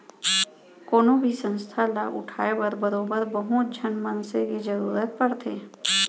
कोनो भी संस्था ल उठाय बर बरोबर बहुत झन मनसे के जरुरत पड़थे